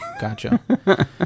gotcha